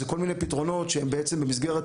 אלה הם כל מיני פתרונות שהם בעצם במסגרת